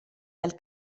dal